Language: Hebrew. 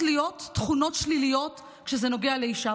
להיות תכונות שליליות כשזה נוגע לאישה.